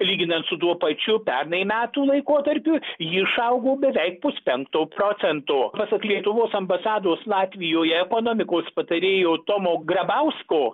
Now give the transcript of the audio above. lyginant su tuo pačiu pernai metų laikotarpiu ji išaugo beveik puspenkto procento pasak lietuvos ambasados latvijoje ekonomikos patarėjo tomo grabausko